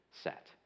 set